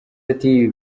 ati